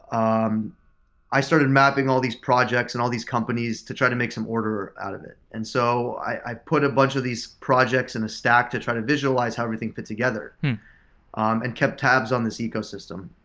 um i started mapping all of these projects and all these companies to try to make some order out of it. and so i put a bunch of these projects in stack to try to visualize how everything fit together um and kept tabs on this ecosystem.